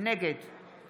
נגד